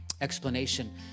explanation